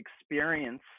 experience